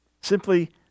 simply